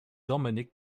dominik